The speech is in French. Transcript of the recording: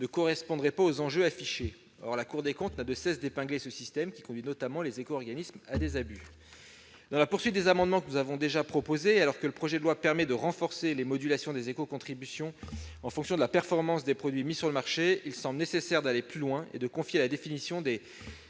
ne correspondrait pas aux enjeux affichés. Or la Cour des comptes n'a de cesse d'épingler ce système, qui conduit notamment les éco-organismes à des abus. Dans la droite ligne des amendements que nous avons proposés, et alors que le projet de loi permet de renforcer les modulations des éco-contributions en fonction de la performance des produits mis sur le marché, il semble nécessaire d'aller plus loin et de confier la définition de